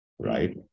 right